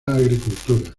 agricultura